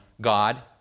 God